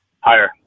Higher